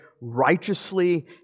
righteously